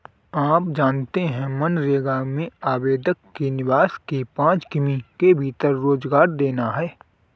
आप जानते है मनरेगा में आवेदक के निवास के पांच किमी के भीतर रोजगार देना है?